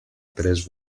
tres